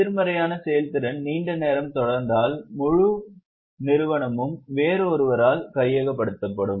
எதிர்மறையான செயல்திறன் நீண்ட நேரம் தொடர்ந்தால் முழு நிறுவனமும் வேறொருவரால் கையகப்படுத்தப்படும்